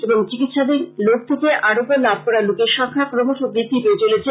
এবং চিকিৎসাধীন লোক থেকে আরোগ্য লাভ করা লোকের সংখ্যা ক্রমশ বৃদ্ধি পেয়ে চলেছে